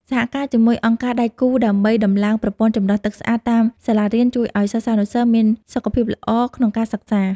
សហការជាមួយអង្គការដៃគូដើម្បីដំឡើងប្រព័ន្ធចម្រោះទឹកស្អាតតាមសាលារៀនជួយឱ្យសិស្សានុសិស្សមានសុខភាពល្អក្នុងការសិក្សា។